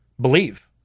believe